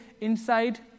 inside